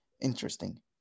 interesting